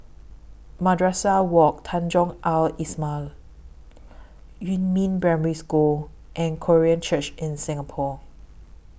Madrasah Wak Tanjong Al Islamiah Yumin Primary School and Korean Church in Singapore